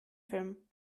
film